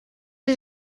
sie